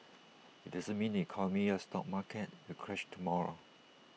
IT doesn't mean the economy or stock market will crash tomorrow